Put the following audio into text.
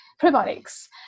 probiotics